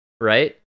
right